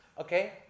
okay